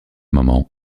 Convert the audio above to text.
moment